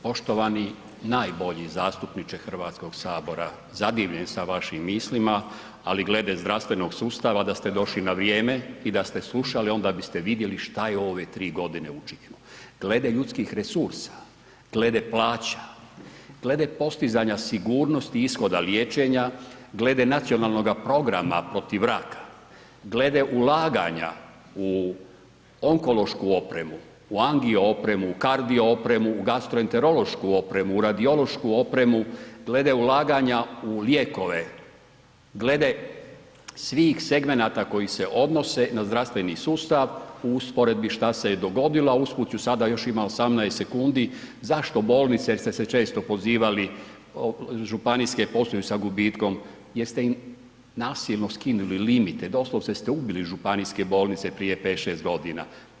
Poštovani najbolji zastupniče Hrvatskog sabora, zadivljen sam vašim mislima, ali glede zdravstvenog sustava da ste došli na vrijeme i da ste slušali onda biste vidjeli šta je u ove tri godine učinjeno glede ljudskih resursa, glede plaća, glede postizanja sigurnosti ishoda liječenja, glede Nacionalnog programa protiv raka, glede ulaganja u onkološku opremu u angio opremu u kardio opremu u gastroenterološku opremu, u radiološku opremu, glede ulaganja u lijekove, glede svih segmenata koji se odnose na zdravstveni sustav u usporedbi šta se je dogodilo, a usput ću sada još imam 18 sekundi, zašto bolnice jel ste se često pozivali županijske posluju sa gubitkom jer ste im nasilno skinuli limite, doslovno ste ubili županijske bolnice prije pet, šest godina.